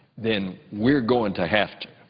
then we're going to have to.